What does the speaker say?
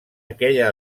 aquella